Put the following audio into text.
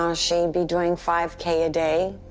um she'd be doing five k a day,